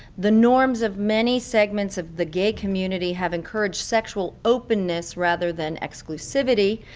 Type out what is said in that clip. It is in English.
the norms of many segments of the gay community have encouraged sexual openness rather than exclusivity,